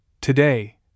today